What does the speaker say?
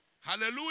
Hallelujah